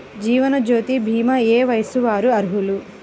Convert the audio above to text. జీవనజ్యోతి భీమా ఏ వయస్సు వారు అర్హులు?